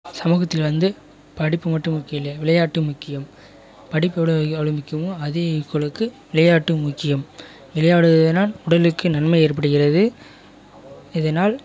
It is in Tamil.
சமூகத்தில் வந்து படிப்பு மட்டும் முக்கியம் இல்லை விளையாட்டும் முக்கியம் படிப்பு எவ்வளோவு அவ்வளோ முக்கியம் அதே ஈக்குவலுக்கு விளையாட்டும் முக்கியம் விளையாடுவதினால் உடலுக்கு நன்மை ஏற்படுகிறது இதனால்